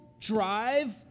drive